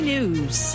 News